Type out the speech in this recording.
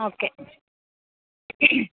okay